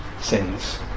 sins